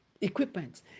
equipment